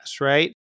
right